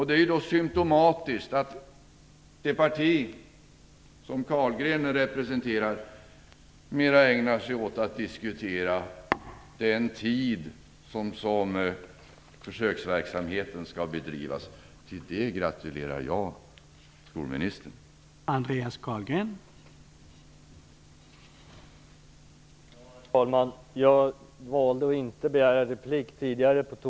Då är det symtomatiskt att det parti som Andreas Carlgren representerar mera ägnar sig åt att diskutera den tid som försöksverksamheten skall bedrivas. Jag gratulerar skolministern till det.